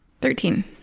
Thirteen